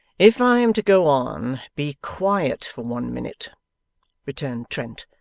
if i am to go on, be quiet for one minute returned trent,